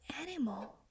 animal